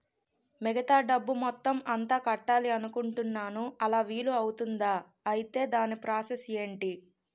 మిగతా డబ్బు మొత్తం ఎంత కట్టాలి అనుకుంటున్నాను అలా వీలు అవ్తుంధా? ఐటీ దాని ప్రాసెస్ ఎంటి?